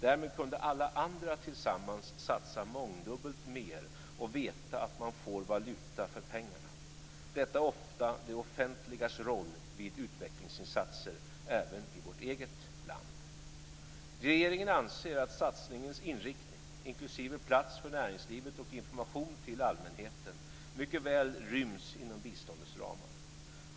Därmed kunde alla andra tillsammans satsa mångdubbelt mer och veta att de får valuta för pengarna. Detta är ofta det offentligas roll vid utvecklingsinsatser även i vårt eget land. Regeringen anser att satsningens inriktning, inklusive plats för näringslivet och information till allmänheten, mycket väl ryms inom biståndets ramar.